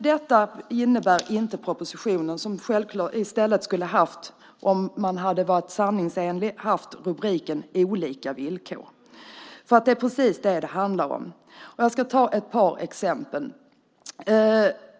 Detta framkommer dock inte i propositionen som i stället, om man hade varit sanningsenlig, borde ha haft rubriken Olika villkor. Det är precis det som den handlar om. Låt mig ge ett par exempel.